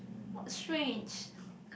what strange